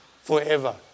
forever